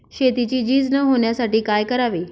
शेतीची झीज न होण्यासाठी काय करावे?